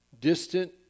distant